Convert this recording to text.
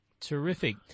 Terrific